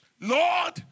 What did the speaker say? Lord